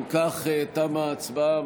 אם כך, תמה ההצבעה.